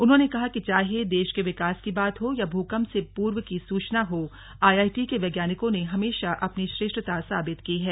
उन्होंने कहा कि चाहे देश के विकास की बात हो या भूकंप से पूर्व की सूचना हो आईआईटी के वैज्ञानिकों ने हमेशा अपनी श्रेष्ठता साबित की है